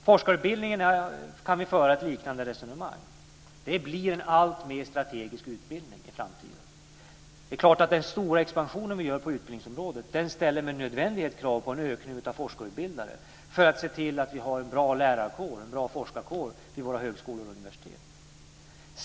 Vi kan föra ett liknande resonemang om forskarutbildningarna. Det blir en alltmer strategisk utbildning i framtiden. Det är klart att den stora expansion som vi gör på utbildningsområdet ställer med nödvändighet krav på en ökning av forskarutbildare för att se till att det finns en bra lärarkår och en bra forskarkår vid våra högskolor och universitet.